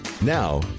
now